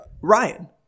Ryan